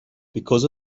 because